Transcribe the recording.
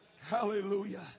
Hallelujah